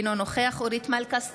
אינו נוכח אורית מלכה סטרוק,